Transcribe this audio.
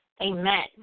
Amen